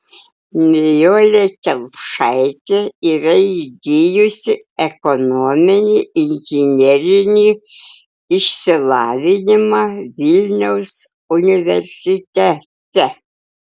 nijolė kelpšaitė yra įgijusi ekonominį inžinerinį išsilavinimą vilniaus universitete